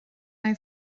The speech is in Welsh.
nai